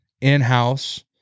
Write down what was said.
in-house